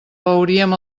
veuríem